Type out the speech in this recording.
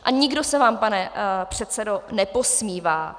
A nikdo se vám, pane předsedo, neposmívá.